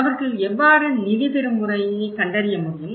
அவர்கள் எவ்வாறு நிதி பெறும் முறையை கண்டறிய முடியும்